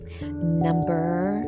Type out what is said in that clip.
number